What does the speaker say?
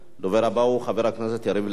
הדובר הבא הוא חבר הכנסת יריב לוין.